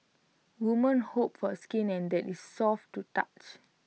women hope for skin that is soft to touch